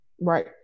Right